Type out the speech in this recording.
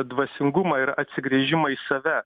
dvasingumą ir atsigręžimą į save